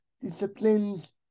disciplines